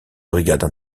brigades